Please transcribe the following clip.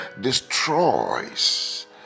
destroys